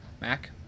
Mac